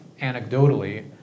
anecdotally